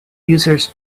users